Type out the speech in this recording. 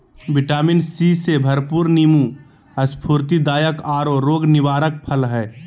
vitamin C से भरपूर नीबू स्फूर्तिदायक औरो रोग निवारक फल हइ